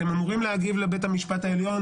אתם אמורים להגיב לבית המשפט העליון.